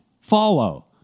follow